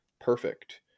perfect